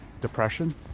depression